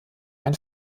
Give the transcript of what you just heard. ein